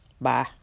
Bye